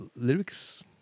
lyrics